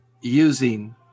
using